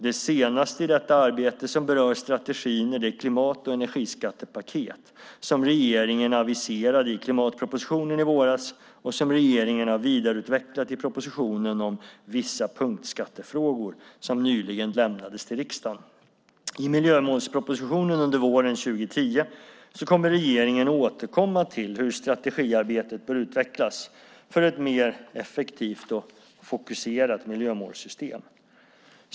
Det senaste i detta arbete som berör strategin är det klimat och energiskattepaket som regeringen aviserade i klimatpropositionen i våras och som regeringen har vidareutvecklat i propositionen om vissa punktskattefrågor som nyligen lämnades till riksdagen. I miljömålspropositionen under våren 2010 kommer regeringen att återkomma till hur strategiarbetet bör utvecklas för ett mer effektivt och fokuserat miljömålssystem.